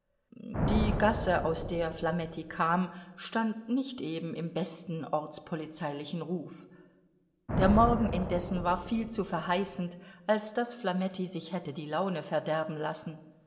die gasse aus der flametti kam stand nicht eben im besten ortspolizeilichen ruf der morgen indessen war viel zu verheißend als daß flametti sich hätte die laune verderben lassen